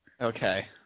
Okay